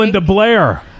Blair